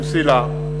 במסילה,